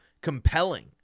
compelling